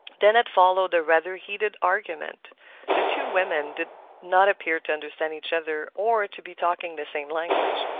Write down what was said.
then had followed a rather heated argument the two women did not appear to understand each other or to be talking the same language.